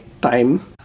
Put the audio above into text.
time